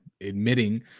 admitting